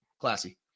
Classy